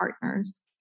partners